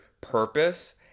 purpose